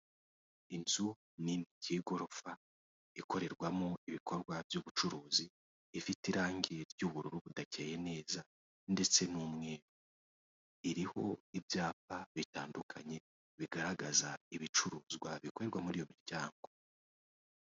Inzu nini y'igorofa ikorerwamo ibikorwa by'ubucuruzi ifite irangi ry'ubururu budakeye neza ndetse n'umweru, iriho ibyapa bitandukanye bigaragaza ibicuruzwa bikorerwa muri iyo miryango.